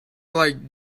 like